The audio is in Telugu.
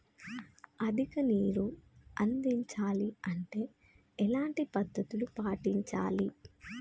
అధిక నీరు అందించాలి అంటే ఎలాంటి పద్ధతులు పాటించాలి?